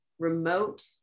remote